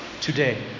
today